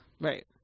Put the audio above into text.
Right